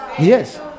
yes